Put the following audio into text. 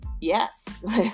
yes